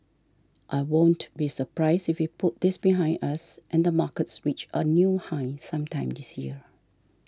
I won't be surprised if we put this behind us and the markets reach a new high sometime this year